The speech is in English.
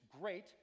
great